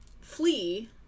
flee